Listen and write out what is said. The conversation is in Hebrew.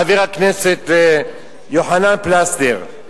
חבר הכנסת יוחנן פלסנר,